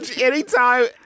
anytime